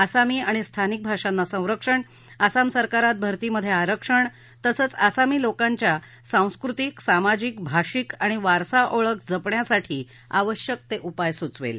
आसामी आणि स्थानिक भाषांना संरक्षण आसाम सरकारात भरतीमधे आरक्षण तसंच आसामी लोकांच्या सांस्कृतिक सामाजिक भाषिक आणि वारसा ओळख जपण्यासाठी आवश्यक उपाय सुचवेल